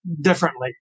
differently